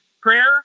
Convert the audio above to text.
prayer